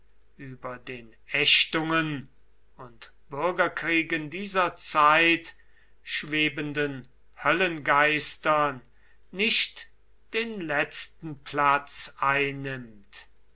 über den ächtungen und bürgerkriegen dieser zeit schwebenden höllengeistern nicht den letzten platz einnimmt